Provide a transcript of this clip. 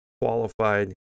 qualified